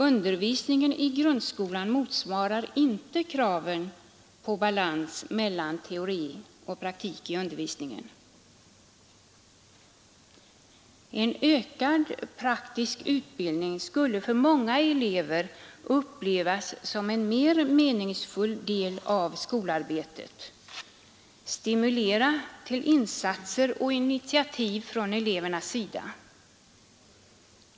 Undervisningen i grundskolan motsvarar inte kraven på balans mellan teori och praktik i undervisningen. En ökad praktisk utbildning skulle av många elever upplevas som en mer meningsfull del av skolarbetet samt stimulera dem till insatser och initiativ.